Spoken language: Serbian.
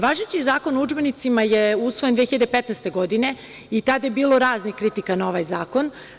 Važeći Zakon o udžbenicima je usvojen 2015. godine i tad je bilo raznih kritika na ovaj zakon.